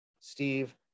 Steve